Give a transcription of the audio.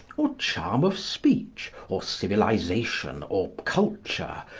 or charm of speech, or civilisation, or culture,